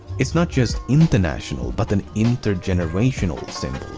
it's not just international but an intergenerational symbol.